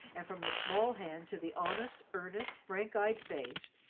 and from the small hand to the honest, earnest, frank-eyed face,